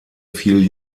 fiel